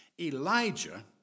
Elijah